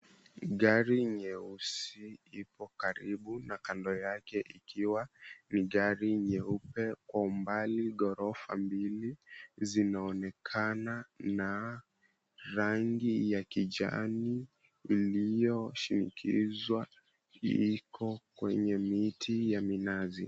Gari nyeusi ipo karibu na kando yake ikiwa ni gari nyeupe. Kwa umbali ghorofa mbili zinaonekana na rangi ya kijani iliyoshikizwa iko kwenye miti ya minazi